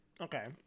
Okay